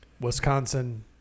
Wisconsin